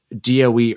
DOE